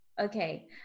okay